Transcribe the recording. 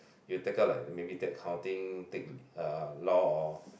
you take up like maybe take accounting take uh law or